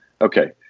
Okay